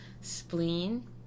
spleen